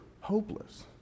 Hopeless